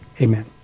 amen